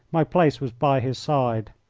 my place was by his side.